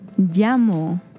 llamo